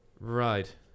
Right